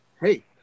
hey